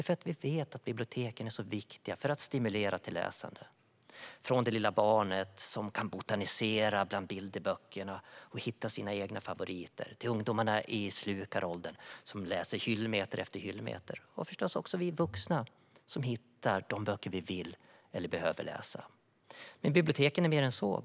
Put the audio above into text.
Vi vet att biblioteken är så viktiga för att stimulera till läsande; från det lilla barnet, som kan botanisera bland bilderböckerna och hitta sina egna favoriter, till ungdomarna i slukaråldern, som läser hyllmeter efter hyllmeter, och förstås också vi vuxna, som hittar de böcker vi vill eller behöver läsa. Men biblioteken är mer än så.